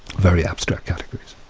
very abstract categories.